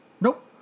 Nope